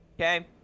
okay